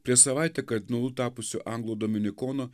prieš savaitę kardinolu tapusio anglų dominikono